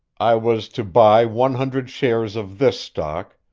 i was to buy one hundred shares of this stock,